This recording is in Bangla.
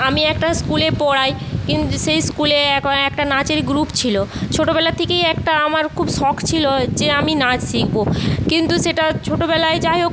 আমি একটা স্কুলে পড়াই কিন্তু সেই স্কুলে একও একটা নাচের গ্রুপ ছিলো ছোটোবেলা থেকেই একটা আমার খুব শখ ছিলো যে আমি নাচ শিখবো কিন্তু সেটা ছোটোবেলায় যাইহোক